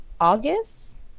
August